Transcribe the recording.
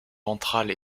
ventrale